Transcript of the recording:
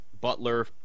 Butler